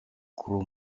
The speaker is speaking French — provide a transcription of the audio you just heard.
gros